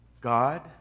God